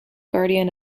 guardian